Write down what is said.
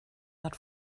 hat